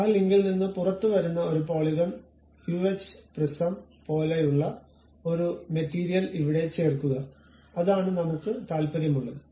ആ ലിങ്കിൽ നിന്ന് പുറത്തുവരുന്ന ഒരു പോളിഗോണൽ യുഎച് പ്രിസം പോലെയുള്ള ഒരു മെറ്റീരിയൽ ഇവിടെ ചേർക്കുക അതാണ് നമുക്ക് താൽപ്പര്യമുള്ളത്